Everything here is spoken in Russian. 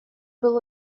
был